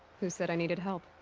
who said i needed help?